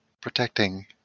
protecting